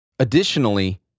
Additionally